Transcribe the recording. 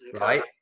Right